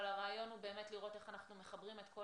אבל הרעיון הוא באמת לראות איך אנחנו מחברים את כל